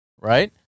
Right